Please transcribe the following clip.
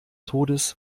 todes